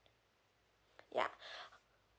ya